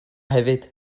hefyd